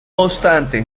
obstante